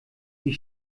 die